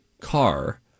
car